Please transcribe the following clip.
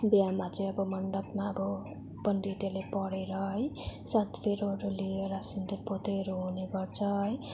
बिहामा चाहिँ अब मन्डपमा अब पन्डितहरूले पढेर है सातफेरोहरू लिएर सिन्दुर पोतेहरू हुने गर्छ है